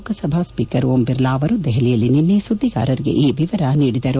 Lok Sabha speaker Om Birla ಅವರು ದೆಹಲಿಯಲ್ಲಿ ನಿನ್ನೆ ಸುದ್ದಿಗಾರರಿಗೆ ಈ ವಿವರ ನೀಡಿದರು